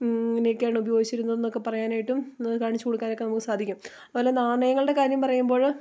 ഇങ്ങനെയൊക്കെയാണ് ഉപയോഗിച്ചിരുന്നതെന്നൊക്കെ പറയാനായിട്ടും കാണിച്ചു കൊടുക്കാനുമൊക്കെ നമുക്ക് സാധിക്കും അതുപോലെ നാണയങ്ങളുടെ കാര്യം പറയുമ്പോൾ